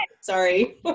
sorry